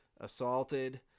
assaulted